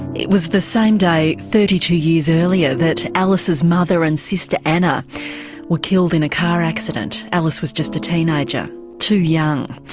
it was the same day thirty two years earlier that alice's mother and sister anna were killed in a car accident. alice was just a teenager too young.